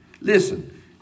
Listen